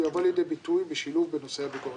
והוא יבוא לידי ביטוי בשילוב בנושא הביקורת.